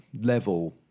level